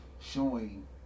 showing